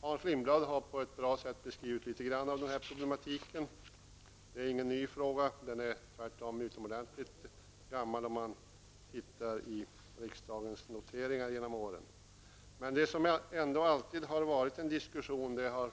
Hans Lindblad har på ett bra sätt något beskrivit denna problematik. Det här är ingen ny fråga. Tvärtom är den här frågan utomordentligt gammal. Det framgår av riksdagens noteringar under årens lopp. Men det som alltid varit föremål för diskussion har